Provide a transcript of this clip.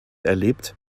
erlebt